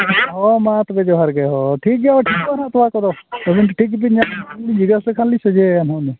ᱦᱳᱭ ᱢᱟ ᱛᱚᱵᱮ ᱡᱚᱦᱟᱨ ᱜᱮ ᱦᱳᱭ ᱴᱷᱤᱠ ᱜᱮᱭᱟ ᱴᱷᱤᱠᱚᱜᱼᱟ ᱦᱟᱸᱜ ᱛᱳᱣᱟ ᱠᱚᱫᱚ ᱴᱷᱤᱠ ᱜᱮᱵᱤᱱ ᱧᱟᱢᱟ